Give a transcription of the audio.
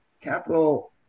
Capital